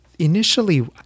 Initially